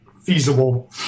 feasible